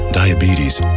diabetes